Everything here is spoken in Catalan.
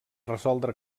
resoldre